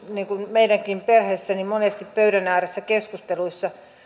meidänkin perheessä monesti pöydän ääressä keskusteluissa